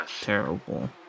Terrible